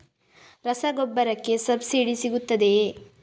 ರಸಗೊಬ್ಬರಕ್ಕೆ ಸಬ್ಸಿಡಿ ಸಿಗುತ್ತದೆಯೇ?